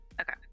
Okay